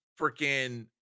freaking